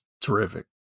terrific